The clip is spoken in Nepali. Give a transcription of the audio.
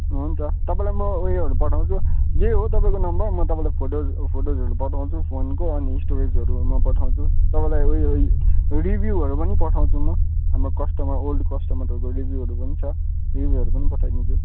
हुन्छ तपाईँलाई म उयोहरू पठाउँछु यही हो तपाईँको नम्बर म तपाईँलाई फोटोज् फोटोजहरू पठाउँछु फोनको अनि स्टोरेजहरू म पठाउँछु तपाईँलाई उयो रिभ्यूहरू पनि पठाउँछु म हाम्रो कस्टमर ओल्ड कस्टमरहरूको रिभ्यूहरू पनि छ रिभ्यूहरू पनि पठाइदिन्छु